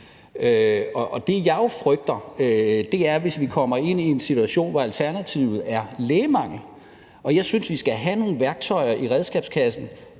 Det, jeg jo frygter, er, hvis vi kommer i en situation, hvor alternativet er lægemangel. Jeg synes, vi skal have nogle værktøjer i redskabskassen